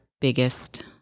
biggest